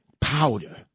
Powder